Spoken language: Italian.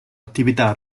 attività